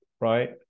right